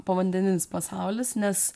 povandeninis pasaulis nes